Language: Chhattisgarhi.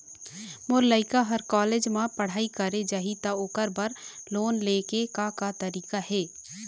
मोर लइका हर कॉलेज म पढ़ई करे जाही, त ओकर बर लोन ले के का तरीका हे?